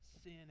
sin